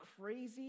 crazy